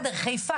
חיפה,